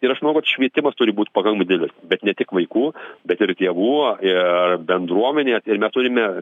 ir aš manau kad švietimas turi būt pakankamai didelis bet ne tik vaikų bet ir tėvų ir bendruomenės ir mes turime